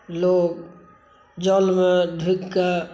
लोग जलमे ढुकिके